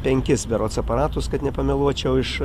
penkis berods aparatus kad nepameluočiau iš